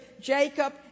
Jacob